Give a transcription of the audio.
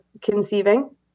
conceiving